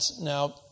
now